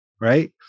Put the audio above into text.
Right